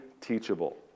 teachable